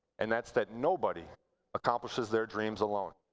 and that's that nobody accomplishes their dreams alone.